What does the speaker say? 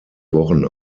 wochen